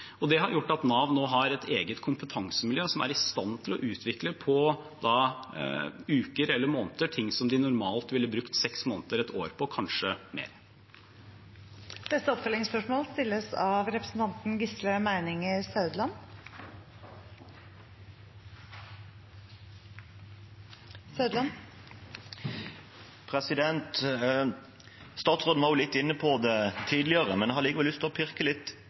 Det har gjort at Nav nå har et eget kompetansemiljø som er i stand til å utvikle på uker eller måneder ting som de normalt ville brukt seks måneder/ett år på, kanskje mer. Gisle Meininger Saudland – til oppfølgingsspørsmål. Statsråden var litt inne på det tidligere, men jeg har likevel lyst til å pirke